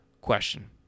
question